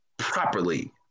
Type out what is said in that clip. properly